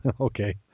Okay